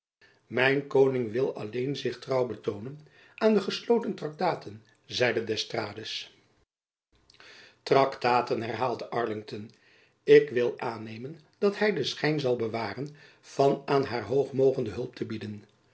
mijn koning wil alleen zich trouw betoonen aan de gesloten traktaten zeide d'estrades traktaten herhaalde arlington ik wil aannejacob van lennep elizabeth musch men dat hy den schijn zal bewaren van aan haar hoogmogenden hulp te bieden